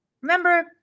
Remember